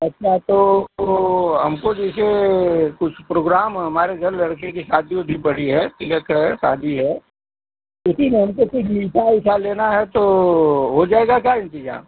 अच्छा तो तो हमको जैसे कुछ प्रोग्राम हमारे घर लड़के की शादी ओदी पड़ी है तिलक है शादी है उसी में हमको कुछ मीठा ऊठा लेना है तो हो जाएगा क्या इंतिजाम